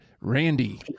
Randy